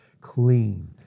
clean